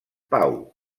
pau